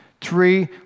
Three